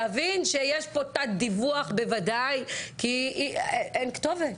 להבין שיש פה תת-דיווח בוודאי כי אין כתובת.